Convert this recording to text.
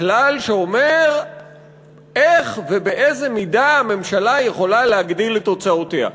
הכלל שאומר איך ובאיזו מידה הממשלה יכולה להגדיל את הוצאותיה.